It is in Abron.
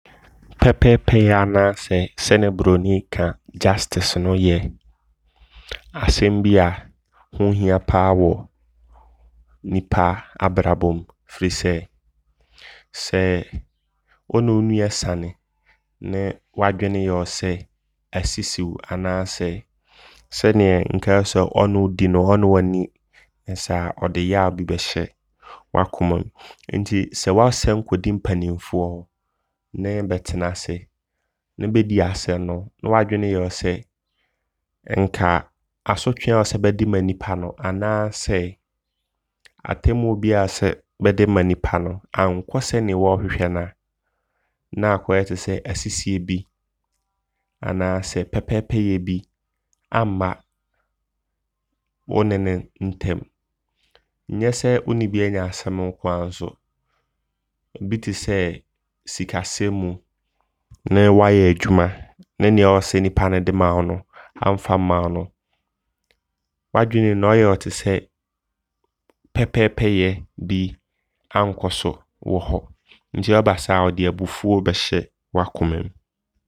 Pɛpɛɛpɛyɛ anaasɛ sɛneɛ buroni ka justice no yɛ asɛm bi a ho hia paa wɔ nnipa abrabɔm. Firi sɛ wone wo nua sane ne w'adwene yɛ wo sɛ asisi wo anaasɛ sɛneɛ nka ɛwɔ sɛ ɔne wo di no no ɔne wo anni saa ɔde yaw bi bɛhyɛ w'akomam. Nti sɛ w'asɛm kɔdi mpanimfoɔ hɔ nee bɛtenase ne bɛdi asɛm no ne w'adwene yɛ wo sɛ, ɛnka asotwe a ɛwɔ sɛ bɛde ma nnipa no anaasɛ atemmua biaa ɛwɔ sɛ bɛde ma nnipa no ankɔ sɛneɛ wɔɔhwehwɛ na na akɔyɛ tesɛ asisie bi anaasɛ pɛpɛɛpɛyɛ bi amma wone no ntam. Nyɛ sɛ wone bi anya asɛm nkoaa nsobi tesɛ sikasɛm mu nee wayɛ adwuma ne neɛ ɛwɔ sɛ nnipa no de ma wo no amfa ama wo no. W'adwenem no ɔyɛ wo tesɛ pɛpɛɛpɛyɛbi ankɔso wɔ hɔ. Nti ɔba saa ɔde abufuo bɛhyɛ w'akomam.